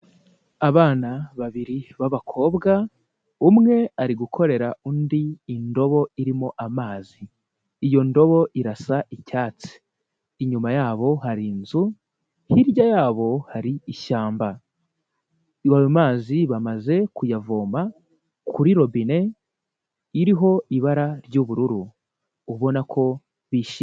Abana babiri b'abakobwa, umwe ari gukorera undi indobo irimo amazi. Iyo ndobo irasa icyatsi. Inyuma ya bo hari inzu, hirya ya bo hari ishyamba, ayo mazi bamaze kuyavoma kuri robine iriho ibara ry'ubururu ubona ko bishyimye.